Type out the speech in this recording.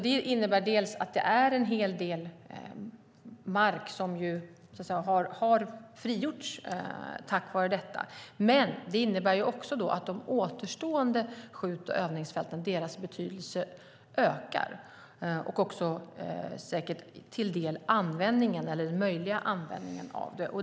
Det innebär att en hel del mark har frigjorts tack vare detta, men det innebär också att de återstående skjut och övningsfältens betydelse ökar, liksom den möjliga användningen av dem.